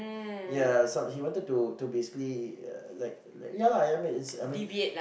ya some he wanted to to basically uh like like ya lah I mean it's I mean